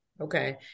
Okay